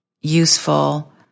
useful